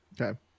Okay